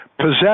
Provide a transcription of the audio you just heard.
possess